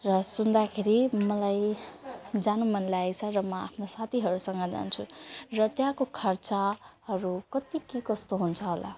र सुन्दाखेरि मलाई जानु मन लागेको छ र म आफ्नो साथीहरूसँग जान्छु र त्यहाँको खर्चहरू कति के कस्तो हुन्छ होला